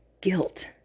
guilt